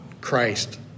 Christ